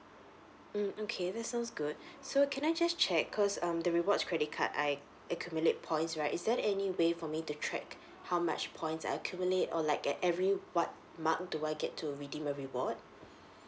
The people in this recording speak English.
mm okay that sounds good so can I just check because um the rewards credit card I accumulate points right is there any way for me to track how much points I accumulate or like at every what mark do I get to redeem a reward